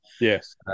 Yes